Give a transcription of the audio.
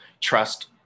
trust